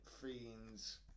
fiends